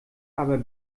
aber